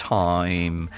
time